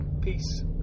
Peace